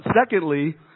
secondly